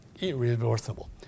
irreversible